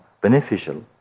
beneficial